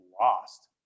lost